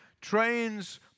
trains